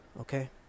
okay